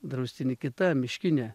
draustiny kita miškinė